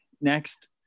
Next